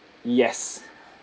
yes